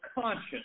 conscience